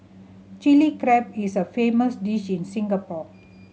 Chilli Crab is a famous dish in Singapore